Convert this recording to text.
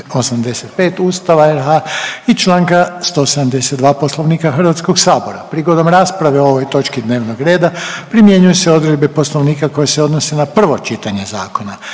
85. Ustava i čl. 172. Poslovnika Hrvatskog sabora. Prigodom rasprave o ovoj točki dnevnog reda primjenjuju se odredbe poslovnika koje se odnose na prvo čitanje zakona.